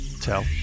tell